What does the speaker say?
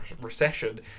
recession